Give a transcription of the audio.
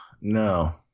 No